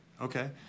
okay